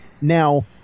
Now